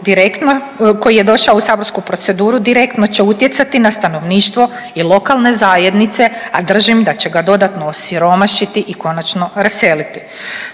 koji je došao u saborsku proceduru direktno će utjecati na stanovništvo i lokalne zajednice, a držim da će ga dodatno osiromašiti i konačno raseliti.